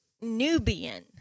Nubian